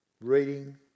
reading